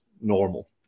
normal